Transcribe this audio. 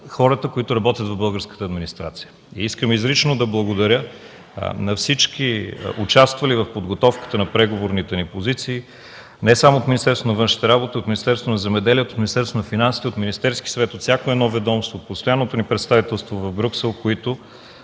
хората, които работят в българската администрация. Искам изрично да благодаря на всички, участвали в подготовката на преговорните ни позиции не само от Министерството на външните работи, от Министерството на земеделието и храните, от Министерството на финансите, от Министерския съвет, от всяко едно ведомство, Постоянното ни представителство в Брюксел, които